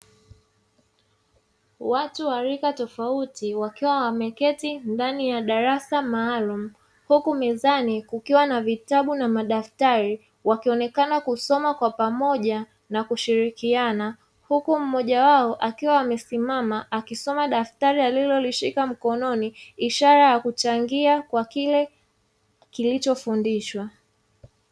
Watu wa rika tofauti wakiwa wameketi ndani ya darasa maalumu, huku mezani kukiwa na vitabu na madaftari, wakionekana kusoma kwa pamoja na kushirikiana, huku mmoja wao akiwa amesimama akisoma daftari alilolishika mkononi, ishara ya kuchangia kwa kile kilichofundishwa.